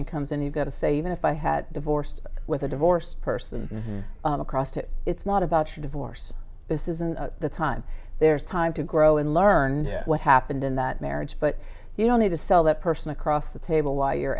comes in you've got to say even if i had divorced with a divorced person across to it's not about divorce this isn't the time there's time to grow and learn what happened in that marriage but you don't need to sell that person across the table why you